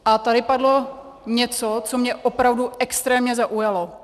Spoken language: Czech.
A tady padlo něco, co mě opravdu extrémně zaujalo.